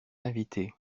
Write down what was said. invitée